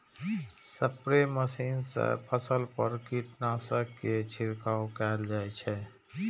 spray machine सं फसल पर कीटनाशक के छिड़काव कैल जाइ छै